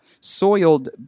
soiled